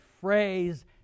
phrase